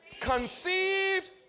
Conceived